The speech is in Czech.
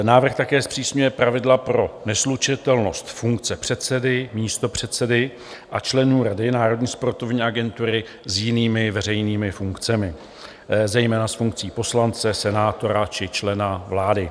Návrh také zpřísňuje pravidla pro neslučitelnost funkce předsedy, místopředsedy a členů Rady národní sportovní agentury s jinými veřejnými funkcemi, zejména s funkcí poslance, senátora či člena vlády.